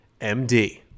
MD